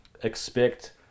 expect